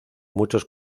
muchos